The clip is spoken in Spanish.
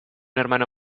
hermano